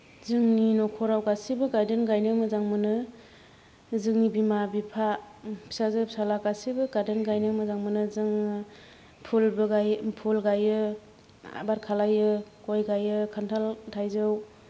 जोंनि न'खराव गासैबो गार्डेन गायनो मोजां मोनो जोंनि बिमा बिफा फिसाजो फिसाज्ला गासैबो गार्डेन गायनो मोजां मोनो जों फुलबो गाय फुल गायो आबाद खालामो गय गायो खान्थाल थाइजौ